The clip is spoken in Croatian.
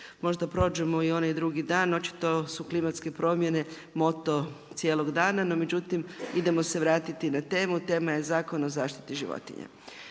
možda prođemo i onaj drugi dan, očito su klimatske promjene moto cijelog dana, no međutim idemo se vratiti na temu, tema je Zakon o zaštiti životinja.